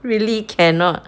really cannot